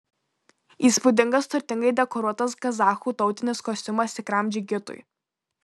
įspūdingas turtingai dekoruotas kazachų tautinis kostiumas tikram džigitui